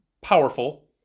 powerful